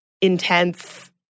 intense